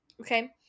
Okay